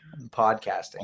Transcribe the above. podcasting